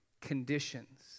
conditions